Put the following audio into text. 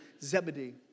Zebedee